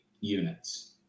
units